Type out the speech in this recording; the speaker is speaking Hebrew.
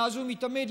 מאז ומתמיד,